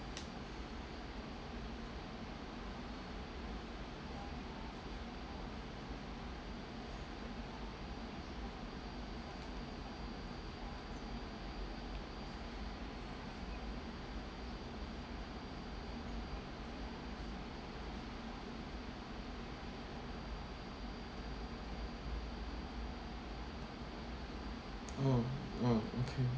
oh oh okay